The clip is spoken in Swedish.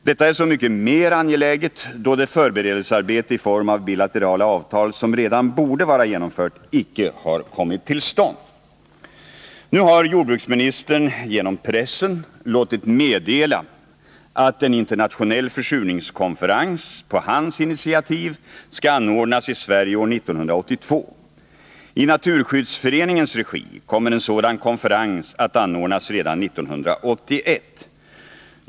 Detta är så mycket mer angeläget då det förberedelsearbete i form av bilaterala avtal som redan borde vara genomfört icke har kommit till stånd. Nu har jordbruksministern genom pressen låtit meddela att en internationell försurningskonferens på hans initiativ skall anordnas i Sverige år 1982. I Naturskyddsföreningens regi kommer en sådan konferens att anordnas redan 1981.